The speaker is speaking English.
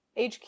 HQ